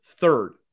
Third